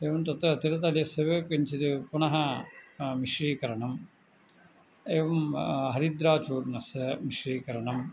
एवं तत्र तिलतैलस्य वे किञ्चित् पुनः मिश्रीकरणम् एवं हरिद्राचूर्णस्य मिश्रीकरणम्